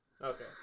Okay